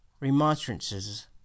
remonstrances